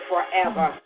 Forever